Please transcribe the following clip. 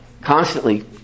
constantly